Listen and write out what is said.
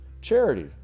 Charity